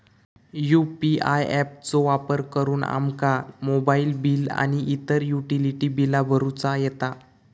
UPI app चो वापर करुन आमका मोबाईल बिल आणि इतर युटिलिटी बिला भरुचा येता